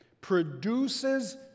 produces